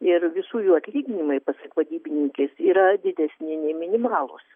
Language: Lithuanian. ir visų jų atlyginimai pasak vadybininkės yra didesni nei minimalūs